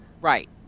Right